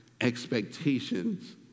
expectations